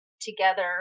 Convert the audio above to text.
together